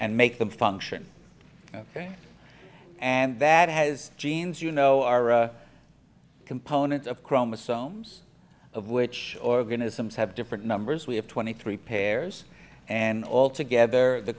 and make them function ok and that has genes you know araa components of chromosomes of which organisms have different numbers we have twenty three pairs and all together the